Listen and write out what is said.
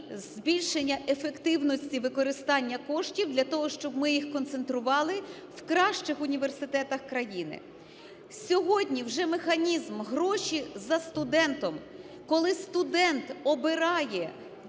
збільшення ефективності використання коштів для того, щоб ми їх концентрували в кращих університетах країни. Сьогодні вже механізм "гроші за студентом", коли студент обирає,